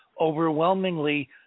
overwhelmingly